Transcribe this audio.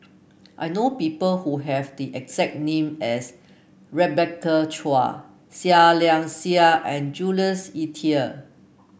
I know people who have the exact name as Rebecca Chua Seah Liang Seah and Jules Itier